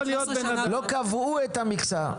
לא קבעו את המכסה.